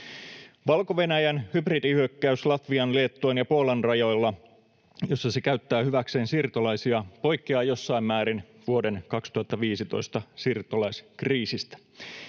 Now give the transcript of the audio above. Valko-Venäjän hybridihyökkäys Latvian, Liettuan ja Puolan rajoilla, jossa se käyttää hyväkseen siirtolaisia, poikkeaa jossain määrin vuoden 2015 siirtolaiskriisistä.